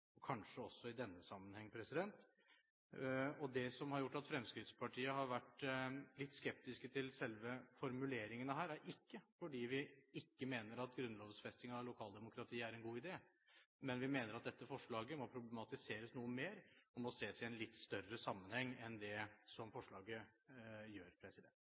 kanskje også i denne sammenheng. Det som har gjort at Fremskrittspartiet har vært litt skeptisk til selve formuleringen her, er ikke at vi ikke mener at grunnlovfesting av lokaldemokrati er en god idé, men vi mener at dette forslaget må problematiseres noe mer, og må ses i en litt større sammenheng enn det forslaget gjør. Den ene utfordringen er at forslaget som